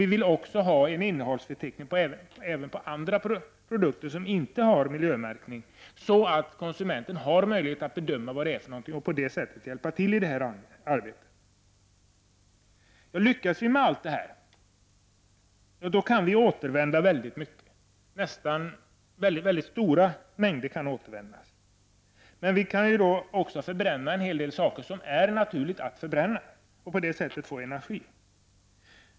Vi vill ha en innehållsförteckning även på andra produkter som inte har miljömärkning så att konsumenten har möjlighet att bedöma vad produkterna innehåller för någonting och på det sättet hjälpa till i miljöarbetet. Om vi lyckas med allt detta, kan vi återanvända väldigt mycket. Stora mängder kan återanvändas. Vi kan också förbränna en hel del saker som det är naturligt att förbränna och på det sättet få energi.